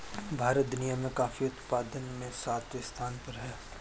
भारत दुनिया में कॉफी उत्पादन में सातवें स्थान पर है